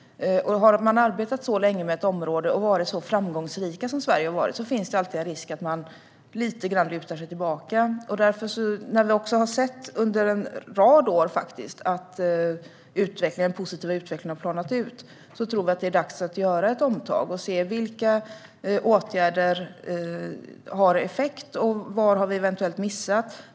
Om man har arbetat så länge med ett område och varit så framgångsrika som Sverige har varit finns det alltid en risk att man lutar sig tillbaka lite grann. Vi har sett att den positiva utvecklingen har planat ut under en rad år. Därför tror vi att det är dags för ett omtag, för att se vilka åtgärder som har effekt och vad vi eventuellt har missat.